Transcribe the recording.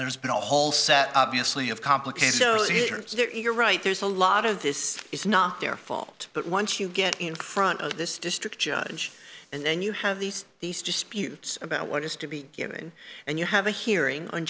there's been a whole set obviously of complicated so you're right there's a lot of this is not their fault but once you get in front of this district judge and then you have these these disputes about what is to be given and you have a hearing on